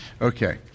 Okay